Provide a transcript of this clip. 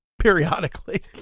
periodically